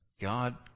God